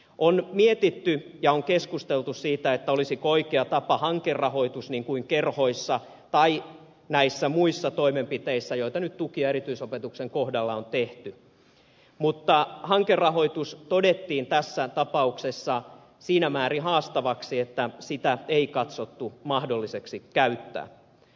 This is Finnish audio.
on mietitty ja on keskusteltu siitä olisiko oikea tapa hankerahoitus niin kuin kerhoissa tai näissä muissa toimenpiteissä joita nyt tuki ja erityisopetuksen kohdalla on tehty mutta hankerahoitus todettiin tässä tapauksessa siinä määrin haastavaksi että sitä ei katsottu mahdolliseksi käyttää